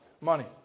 money